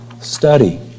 study